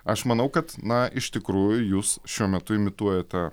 aš manau kad na iš tikrųjų jūs šiuo metu imituojate